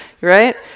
right